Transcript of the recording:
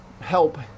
help